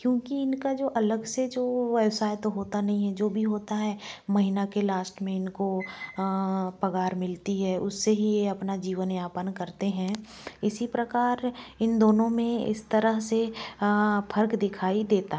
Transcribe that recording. क्योंकि इनका जो अलग से जो व्यवसाय तो होता नहीं है जो भी होता है महीना के लास्ट में इनको पगार मिलती है उससे ही यह अपना जीवन यापन करते हैं इसी प्रकार इन दोनों में इस तरह से फ़र्क दिखाई देता